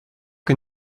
que